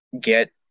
get